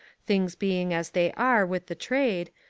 things be ing as they are with the trade,